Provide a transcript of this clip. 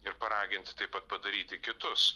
ir paraginti taip pat padaryti kitus